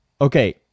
Okay